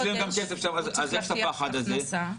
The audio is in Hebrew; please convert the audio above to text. והוא צריך להבטיח הכנסה.